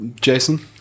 Jason